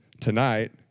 Tonight